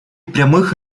прямых